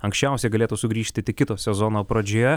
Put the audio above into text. anksčiausiai galėtų sugrįžti tik kito sezono pradžioje